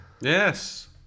yes